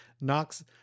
knocks